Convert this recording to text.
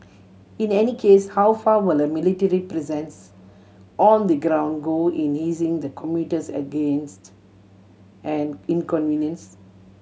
in any case how far will a military presence on the ground go in easing the commuter's angst and inconvenience